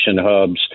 hubs